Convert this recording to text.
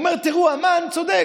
הוא אומר: המן צודק.